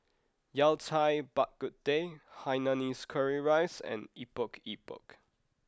Yao Cai Bak Kut Teh Hainanese Curry Rice and Epok Epok